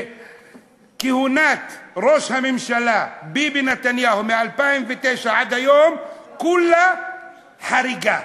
כהונת ראש הממשלה ביבי נתניהו מ-2009 עד היום כולה חריגה,